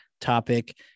topic